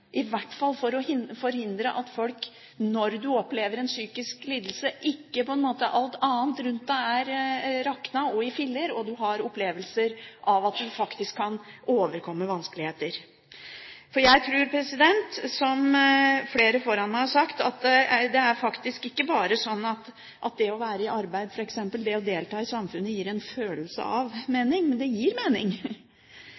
i hvert fall for å forhindre at folk som har en psykisk lidelse, opplever at alt annet rundt dem har raknet og er i filler – men at de har en opplevelse av at de faktisk kan overkomme vanskeligheter. Jeg tror, som flere før meg, at det å være i arbeid, f.eks., det å delta i samfunnet, ikke bare gir en følelse av mening, men gir mening. Det gir identitet, det gir støtte, og det gir